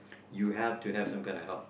you have to have some kind of help